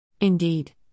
Indeed